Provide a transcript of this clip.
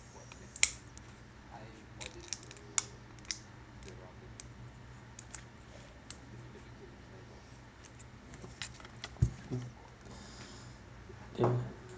hmm ya